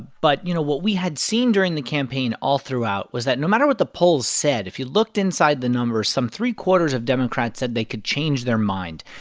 but, you know, what we had seen during the campaign all throughout was that no matter what the polls said, if you looked inside the numbers, some three-quarters of democrats said they could change their mind.